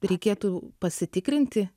reikėtų pasitikrinti